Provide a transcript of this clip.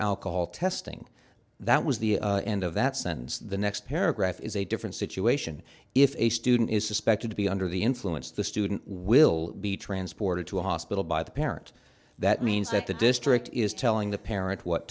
alcohol testing that was the end of that sentence the next paragraph is a different situation if a student is suspected to be under the influence the student will be transported to a hospital by the parent that means that the district is telling the parent what